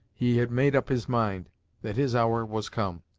he had made up his mind that his hour was come,